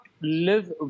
live